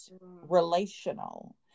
relational